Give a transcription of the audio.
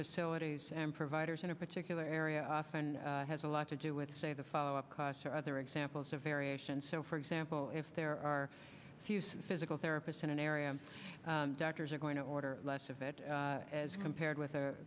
facilities and providers in a particular area often has a lot to do with say the follow up costs are other examples of variation so for example if there are few some physical therapists in an area doctors are going to order less of it as compared with